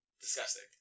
Disgusting